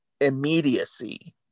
immediacy